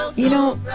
so you know,